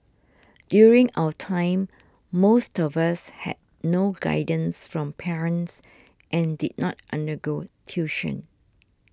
during our time most of us had no guidance from parents and did not undergo tuition